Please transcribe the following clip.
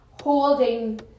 holding